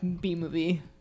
B-movie